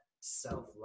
self-love